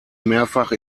mehrfach